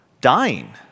dying